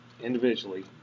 individually